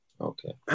Okay